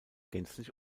gänzlich